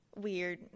weird